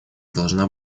должна